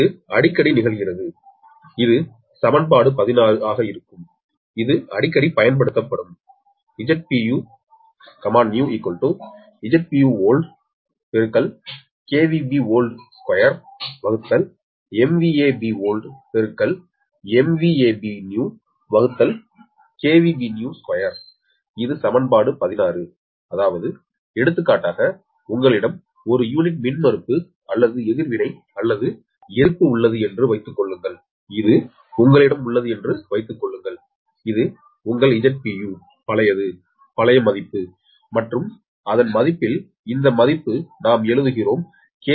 இது அடிக்கடி நிகழ்கிறது இது சமன்பாடு 16 ஆக இருக்கும் இது அடிக்கடி பயன்படுத்தப்படும் இது சமன்பாடு 16 அதாவது எடுத்துக்காட்டாக உங்களிடம் ஒரு யூனிட் மின்மறுப்பு அல்லது எதிர்வினை அல்லது எதிர்ப்பு உள்ளது என்று வைத்துக் கொள்ளுங்கள் இது உங்களிடம் உள்ளது என்று வைத்துக் கொள்ளுங்கள் இது உங்கள் 𝒁𝒑u பழையது பழைய மதிப்பு மற்றும் அதன் மதிப்பில் இந்த மதிப்பு நாம் எழுதுகிறோம் கே